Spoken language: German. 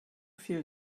viel